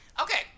Okay